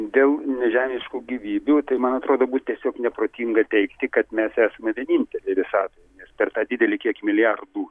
dėl nežemiškų gyvybių tai man atrodo būtų tiesiog neprotinga teigti kad mes esame vieninteliai visatoje nes per tą didelį kiekį milijardų